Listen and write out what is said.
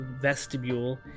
vestibule